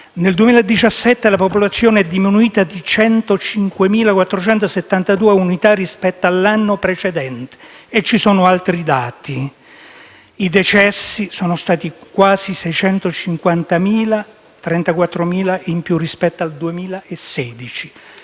Nel 2017 la popolazione è diminuita di 105.472 unità rispetto all'anno precedente, e ci sono altri dati: i decessi sono stati quasi 650.000 (34.000 in più rispetto al 2016);